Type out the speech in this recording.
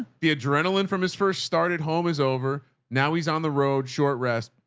the adrenaline from his first started home is over now he's on the road. short rest,